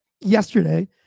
Yesterday